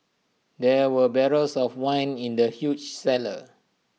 there were barrels of wine in the huge cellar